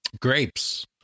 grapes